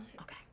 Okay